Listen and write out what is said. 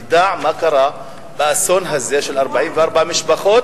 נדע מה קרה באסון הזה של 44 משפחות,